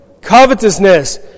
Covetousness